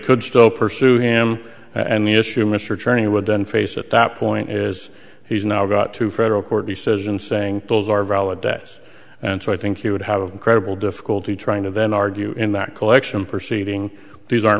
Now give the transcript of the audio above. could still pursue him and the issue mr czerny would done face at that point is he's now got to federal court decision saying those are valid days and so i think he would have incredible difficulty trying to then argue in that collection for seating these aren't